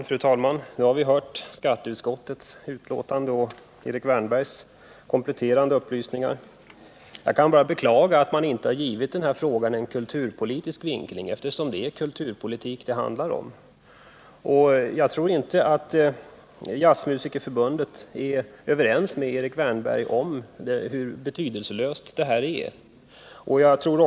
Fru talman! Vi har läst skatteutskottets betänkande, och nu har vi hört Erik Wärnbergs kompletterande upplysningar. Jag kan bara beklaga att man inte har givit denna fråga en kulturpolitisk vinkling. Den handlar ju ändå om kulturpolitik. Jag tror inte att Jazzriksförbundet är överens med Erik Wärnberg om hur betydelslös denna sak är.